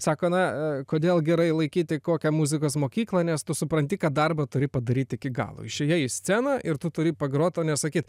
sako na kodėl gerai laikyti kokią muzikos mokyklą nes tu supranti kad darbą turi padaryti iki galo išėjai į sceną ir tu turi pagrot o ne sakyt